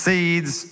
Seeds